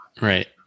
right